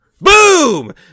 boom